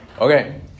Okay